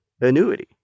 annuity